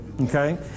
Okay